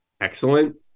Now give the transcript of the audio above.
excellent